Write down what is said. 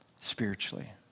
spiritually